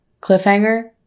cliffhanger